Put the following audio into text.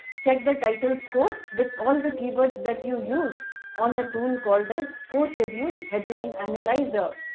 check the title score with all the keywords that you used on a tool called as coschedule headline analyzer.